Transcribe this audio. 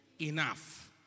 enough